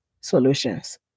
solutions